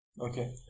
Okay